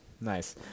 Nice